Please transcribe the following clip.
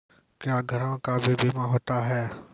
क्या घरों का भी बीमा होता हैं?